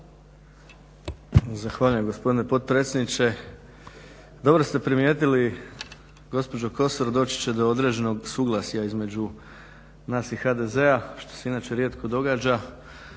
Zahvaljujem gospodine potpredsjedniče. Dobro ste primijetili gospođo Kosor, doći će do određenog suglasja između nas i HDZ-a što se inače rijetko događa